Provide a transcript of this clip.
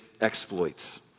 exploits